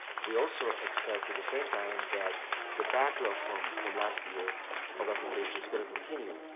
we also expect at the same time that the backlog from from last year of application is going to continue.